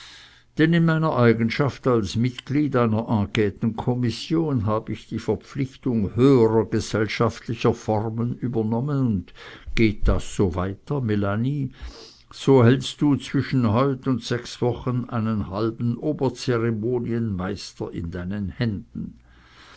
denn in meiner eigenschaft als mitglied einer enquetenkommission hab ich die verpflichtung höherer gesellschaftlicher formen übernommen und geht das so weiter melanie so hältst du zwischen heut und sechs wochen einen halben oberzeremonienmeister in deinen händen